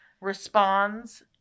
responds